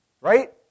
Right